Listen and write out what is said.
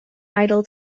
idol